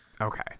Okay